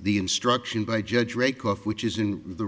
the instruction by judge ray cough which is in the